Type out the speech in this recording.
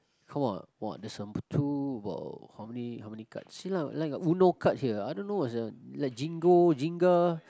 come on on there's number two about how many how many cards see lah I got you Uno cards here I don't know sia like Jingo Jenga